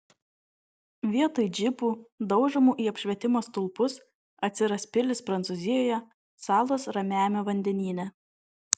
vietoj džipų daužomų į apšvietimo stulpus atsiras pilys prancūzijoje salos ramiajame vandenyne